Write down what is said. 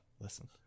listen